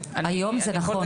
היום זה נכון.